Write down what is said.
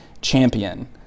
champion